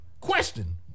question